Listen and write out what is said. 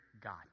God